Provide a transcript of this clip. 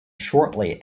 shortly